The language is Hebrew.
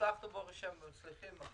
הצלחנו, ברוך השם, אנחנו מצליחים.